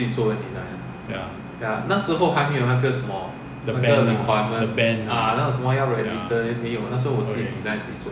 ya the ban lah the ban ya okay